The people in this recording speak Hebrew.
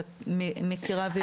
שאת מכירה ויודעת.